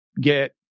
get